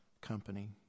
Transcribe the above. company